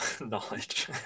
knowledge